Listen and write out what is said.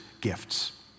gifts